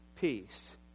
peace